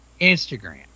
Instagram